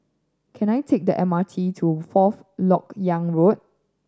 can I take the M R T to Fourth Lok Yang Road